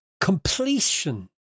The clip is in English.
completion